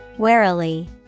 Warily